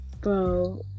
bro